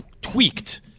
tweaked